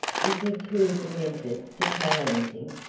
is he too demented to tell anything?